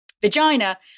vagina